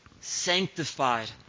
sanctified